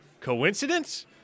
Coincidence